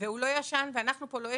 והוא לא ישן, ואנחנו פה לא ישנים.